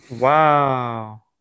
Wow